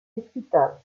discutable